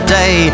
day